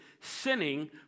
sinning